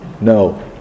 No